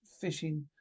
fishing